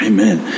Amen